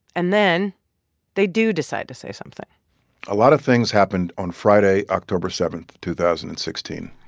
and then they do decide to say something a lot of things happened on friday, october seven, two thousand and sixteen